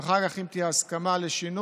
ואחר כך, אם תהיה הסכמה לשינוי,